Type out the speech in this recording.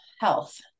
health